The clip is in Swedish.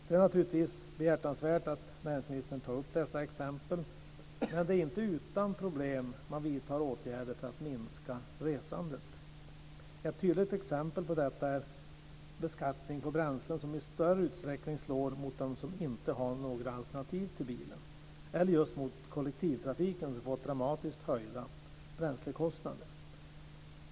Det är naturligtvis behjärtansvärt att näringsministern tar upp dessa exempel, men det är inte utan problem som man vidtar åtgärder för att minska resandet. Ett tydligt exempel på detta är beskattning på bränslen som i större utsträckning slår mot dem som inte har några alternativ till bilen eller just mot kollektivtrafiken, som har fått dramatiskt höjda bränslekostnader.